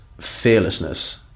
fearlessness